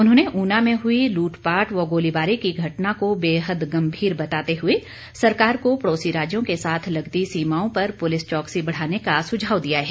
उन्होंने ऊना में हुई में लूट पाट व गोलीबारी की घटना को बेहद गंभीर बताते हुए सरकार को पड़ोसी राज्यों के साथ लगती सीमाओं पर पुलिस चौकसी बढ़ाने का सुझाव दिया है